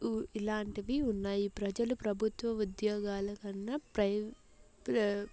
ఇలాంటివి ఉన్నాయి ప్రజలు ప్రభుత్వ ఉదోగాలకన్నా ప్రై ప్రై